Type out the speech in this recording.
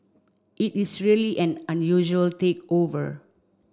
it is really an unusual takeover